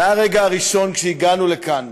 מהרגע הראשון, כשהגענו לכאן,